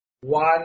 one